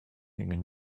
walking